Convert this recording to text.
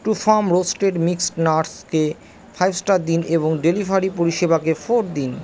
Trufarm roasted mixed নাটসকে five star দিন এবং ডেলিভারি পরিষেবাকে ফোর দিন